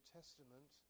Testament